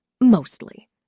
Mostly